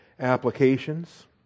Applications